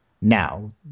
Now